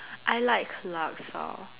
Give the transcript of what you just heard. I like laksa